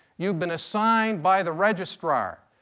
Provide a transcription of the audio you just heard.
you've been assigned by the registrar.